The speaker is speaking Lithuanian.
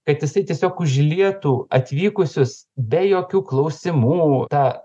kad jisai tiesiog užlietų atvykusius be jokių klausimų ta